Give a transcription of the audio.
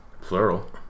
plural